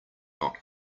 not